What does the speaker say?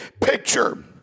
picture